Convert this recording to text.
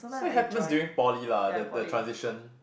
so it happens during Poly lah the the transition